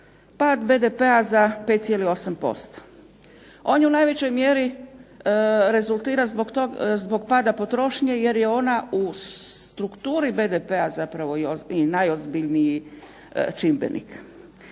Pad BDP-a za 5,8%. On je u najvećoj mjeri rezultira zbog pada potrošnje jer je ona u strukturi BDP-a zapravo i najozbiljniji čimbenik.